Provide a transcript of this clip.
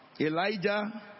Elijah